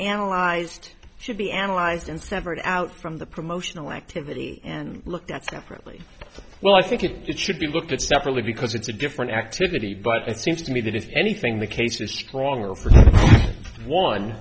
analyzed should be analyzed in separate out from the promotional activity and looked at separately well i think it should be looked at separately because it's a different activity but it seems to me that if anything the case is stronger o